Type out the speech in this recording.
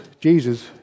Jesus